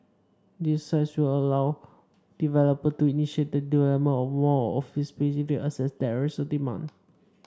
these sites will allow developer to initiate the development of more office space if they assess that there is demand